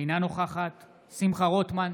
אינה נוכחת שמחה רוטמן,